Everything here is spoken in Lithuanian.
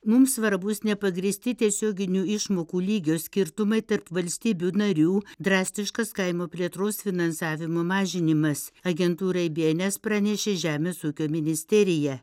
mums svarbūs nepagrįsti tiesioginių išmokų lygio skirtumai tarp valstybių narių drastiškas kaimo plėtros finansavimo mažinimas agentūrai bns pranešė žemės ūkio ministerija